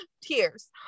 tears